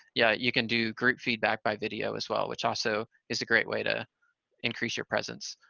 yeah, you can do group feedback by video as well, which also is a great way to increase your presence,